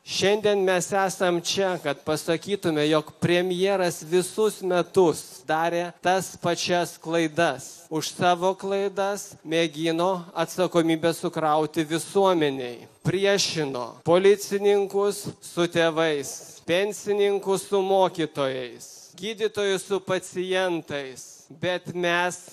šiandien mes esam čia kad pasakytume jog premjeras visus metus darė tas pačias klaidas už savo klaidas mėgino atsakomybę sukrauti visuomenei priešino policininkus su tėvais pensininkus su mokytojais gydytojus su pacientais bet mes